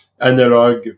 analog